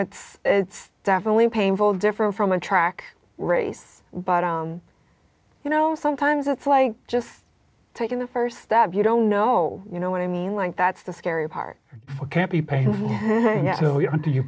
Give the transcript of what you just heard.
it's it's definitely painful different from a track race but you know sometimes it's like just taking the st step you don't know you know what i mean like that's the scary part you